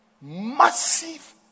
massive